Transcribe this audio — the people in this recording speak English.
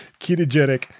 Ketogenic